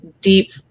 deep